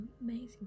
amazing